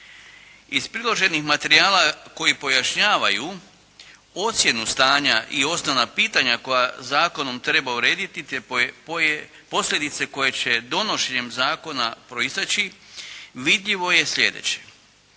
Iz priloženih materijala koji pojašnjavaju ocjenu stanja i osnovna pitanja koja zakonom treba urediti, te posljedice koje će donošenjem zakona proisteći vidljivo je slijedeće.